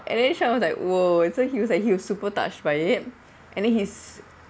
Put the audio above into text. and then shaun was like !whoa! so he was like he was super touched by it and then his